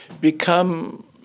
become